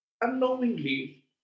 unknowingly